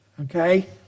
Okay